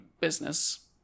business